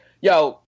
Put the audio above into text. yo